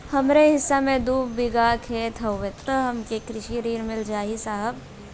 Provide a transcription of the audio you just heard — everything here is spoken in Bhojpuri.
हमरे हिस्सा मे दू बिगहा खेत हउए त हमके कृषि ऋण मिल जाई साहब?